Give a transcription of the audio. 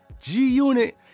G-Unit